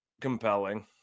compelling